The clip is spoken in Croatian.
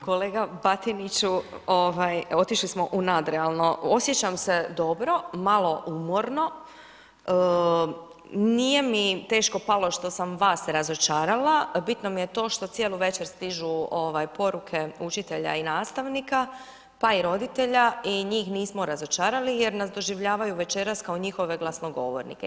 Kolega Batiniću ovaj otišli smo u nadrealno, osjećam se dobro, malo umorno, nije mi teško palo što sam vas razočarala, bitno mi to što cijelu večer stižu ovaj poruke učitelja i nastavnika, pa i roditelja i njih nismo razočarali jer nas doživljavaju večeras kao njihove glasnogovornike.